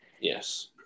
Yes